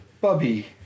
Bubby